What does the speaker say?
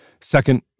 Second